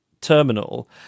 terminal